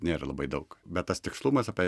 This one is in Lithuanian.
nėra labai daug bet tas tikslumas apie